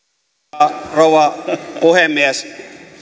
arvoisa rouva puhemies